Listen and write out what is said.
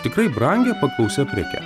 tikrai brangia paklausia preke